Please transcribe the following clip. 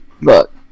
look